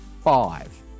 five